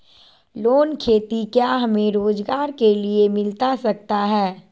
Loan खेती क्या हमें रोजगार के लिए मिलता सकता है?